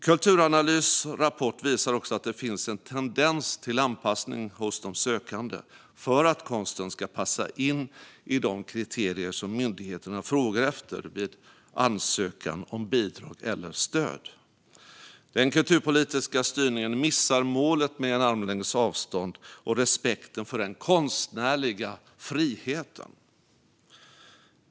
Kulturanalys rapport visar också att det finns en tendens till anpassning hos de sökande för att konsten ska passa in i de kriterier som myndigheterna frågar efter vid ansökan om bidrag eller stöd. Den kulturpolitiska styrningen missar målet med en armlängds avstånd och respekten för den konstnärliga friheten.